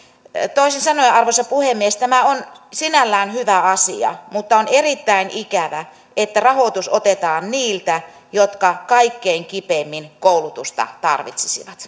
toisin sanoen arvoisa puhemies tämä on sinällään hyvä asia mutta on erittäin ikävää että rahoitus otetaan niiltä jotka kaikkein kipeimmin koulutusta tarvitsisivat